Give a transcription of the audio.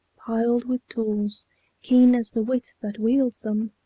piled with tools keen as the wit that wields them,